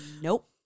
Nope